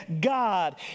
God